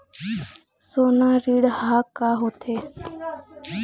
सोना ऋण हा का होते?